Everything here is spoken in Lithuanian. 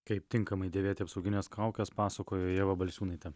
kaip tinkamai dėvėti apsaugines kaukes pasakojo ieva balčiūnaitė